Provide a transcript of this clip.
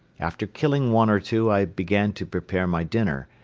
after killing one or two i began to prepare my dinner,